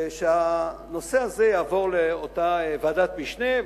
שהנושא הזה יעבור לאותה ועדת משנה,